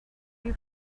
you